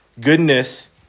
Goodness